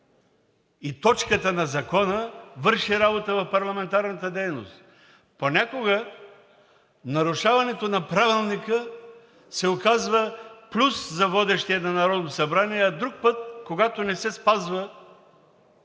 и точката на закона върши работа в парламентарната дейност. Понякога нарушаването на Правилника се оказва плюс за водещия на Народното събрание, а друг път, когато не се спазва…